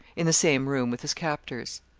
in the same room with his captors.